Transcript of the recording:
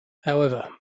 however